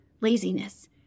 laziness